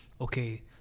okay